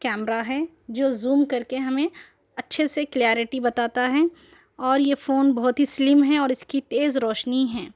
camera ہے جو zoom کر کے ہمیں اچھے سے کلیاریٹی بتاتا ہے اور یہ فون بہت ہی سلم ہے اور اس کی تیز روشنی ہیں